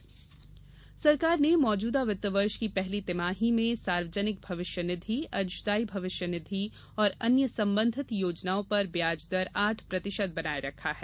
भविष्य निधि सरकार ने मौजूदा वित्त वर्ष की पहली तिमाही में सार्वजनिक भविष्य निधि अंशदायी भविष्य निधि और अन्य संबंधित योजनाओं पर ब्याज दर आठ प्रतिशत बनाए रखा है